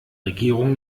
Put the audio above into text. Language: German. regierung